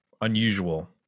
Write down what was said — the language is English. unusual